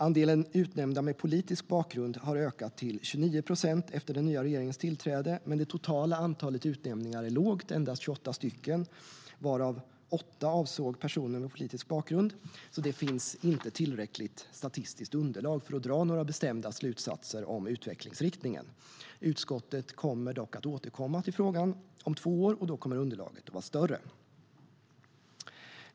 Andelen utnämnda med politisk bakgrund har ökat till 29 procent efter den nya regeringens tillträde. Det totala antalet utnämningar är dock lågt - endast 28 stycken, varav åtta av personer med politisk bakgrund. Det finns därför inte tillräckligt statistiskt underlag för att dra några bestämda slutsatser om utvecklingsriktningen. Utskottet kommer dock att återkomma till frågan om två år, och då kommer underlaget att vara större.